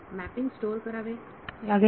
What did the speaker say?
विद्यार्थी mapping store करावे